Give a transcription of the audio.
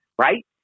right